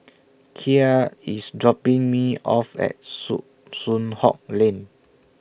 Kya IS dropping Me off At Soo Soon Hock Lane